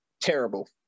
terrible